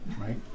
right